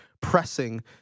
pressing